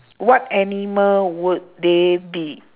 what animal would they be